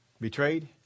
betrayed